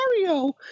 Mario